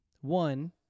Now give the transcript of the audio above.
one